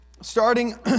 starting